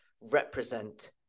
represent